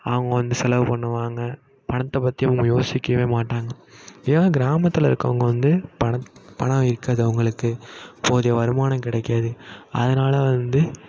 அவங்கள் வந்து செலவு பண்ணுவாங்க பணத்தை பற்றி அவங்கள் யோசிக்கவே மாட்டாங்க இதே கிராமத்தில் இருக்கறவங்க வந்து பணத் பணம் இருக்காது அவர்களுக்கு போதிய வருமானம் கிடைக்காது அதனால் வந்து